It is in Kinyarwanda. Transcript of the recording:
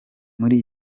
muri